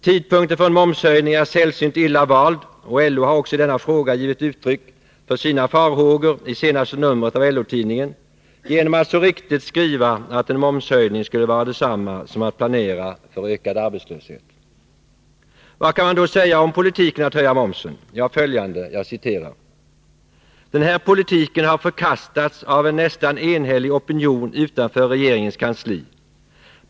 Tidpunkten för en momshöjning är sällsynt illa vald, och LO har också i denna fråga givit uttryck för sina farhågor i senaste numret av LO-tidningen genom att så riktigt skriva att en momshöjning skulle vara detsamma som att planera för ökad arbetslöshet. Vad kan man då säga om politiken att höja momsen? Jo, följande: ”Den här politiken har förkastats av en nästan enhällig opinion utanför regeringens kansli.